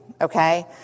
okay